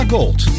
Gold